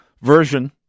version